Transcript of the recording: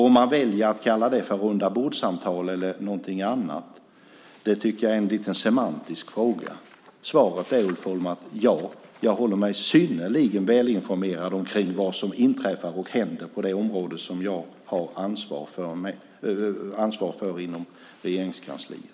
Om man väljer att kalla detta för rundabordssamtal eller något annat är en semantisk fråga. Svaret är, Ulf Holm, att jag håller mig synnerligen välinformerad om vad som inträffar och händer på det område som jag har ansvar för inom Regeringskansliet.